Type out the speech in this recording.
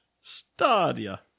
Stadia